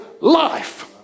life